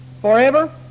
forever